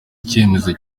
icyemezo